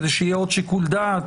כדי שיהיה עוד שיקול דעת,